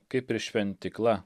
kaip ir šventykla